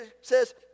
says